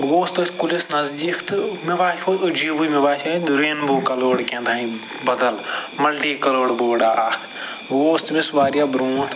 بہٕ گوس تَتھ کُلِس نٔزدیٖک تہٕ مےٚ باسٮ۪و عجیٖبٕے مےٚ باسیٚے رینبو کلٲرڈ کیٛاہتانۍ بدل مَلٹی کَلٲرڈ بوڈا اَکھ بہٕ گوٚس تٔمِس واریاہ برٛونٛٹھ